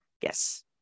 yes